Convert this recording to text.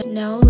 no